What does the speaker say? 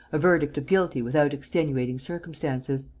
a verdict of guilty without extenuating circumstances.